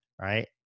Right